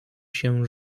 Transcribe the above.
się